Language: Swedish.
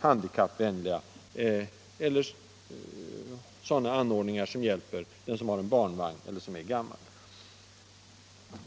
som kan hjälpa handikappade, resande med barnvagnar och gamla.